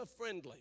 friendly